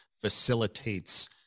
facilitates